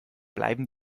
bleiben